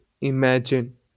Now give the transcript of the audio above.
imagine